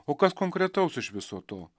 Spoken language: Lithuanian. o kas konkretaus iš viso to